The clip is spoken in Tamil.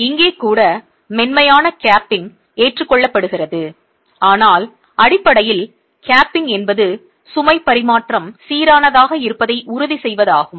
இங்கே கூட மென்மையான கேப்பிங் ஏற்றுக்கொள்ளப்படுகிறது ஆனால் அடிப்படையில் கேப்பிங் என்பது சுமை பரிமாற்றம் சீரானதாக இருப்பதை உறுதி செய்வதாகும்